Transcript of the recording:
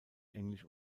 englisch